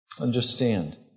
understand